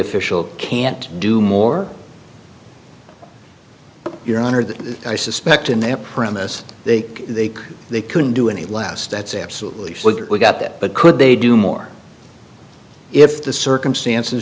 official can't do more your honor that i suspect in their premise they they they couldn't do any less that's absolutely we got that but could they do more if the circumstances